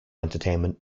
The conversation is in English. entertainment